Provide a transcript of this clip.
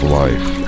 life